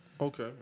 okay